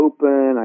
Open